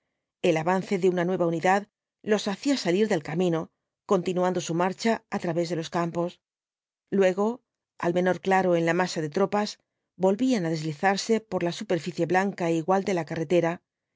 el avance de una nueva unidad los hacía salir del camino continuando su rnarcha á través de los campos luego al menor claro en la masa de tropas volvían á deslizarse por la superficie blanca é igual de la carretera